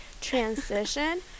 transition